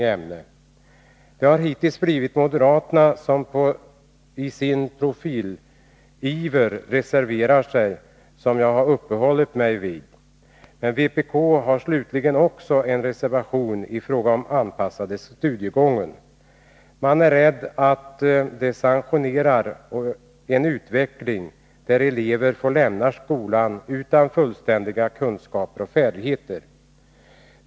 Jag har hittills uppehållit mig nästan enbart vid moderaterna, som i sin profileringsiver har reserverat sig på många punkter. Vpk har slutligen också en reservation i fråga om den anpassade studiegången. Man är rädd att den sanktionerar en utveckling där elever får lämna skolan utan fullständiga kunskaper och färdigheter.